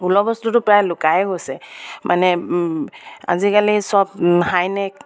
ঊলৰ বস্তুটো প্ৰায় লুকাই গৈছে মানে আজিকালি চব হাইনেক